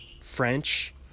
French